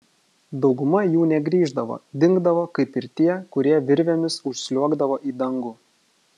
dauguma jų negrįždavo dingdavo kaip ir tie kurie virvėmis užsliuogdavo į dangų